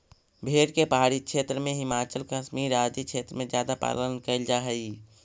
भेड़ के पहाड़ी क्षेत्र में, हिमाचल, कश्मीर आदि क्षेत्र में ज्यादा पालन कैल जा हइ